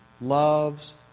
loves